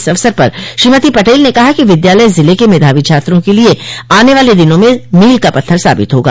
इस अवसर पर श्रीमती पटेल ने कहा कि विद्यालय ज़िले के मेधावी छात्रों के लिये आने वाले दिनों में मील का पत्थर साबित होगा